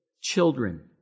children